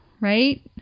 right